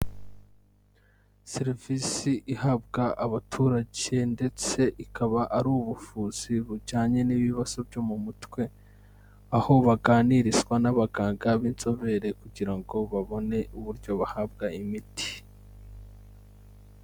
Serivisi ihabwa abaturage ndetse ikaba ari ubuvuzi bujyanye n'ibibazo byo mu mutwe, aho baganirizwa n'abaganga b'inzobere kugira ngo babone uburyo bahabwa imiti.